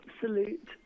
absolute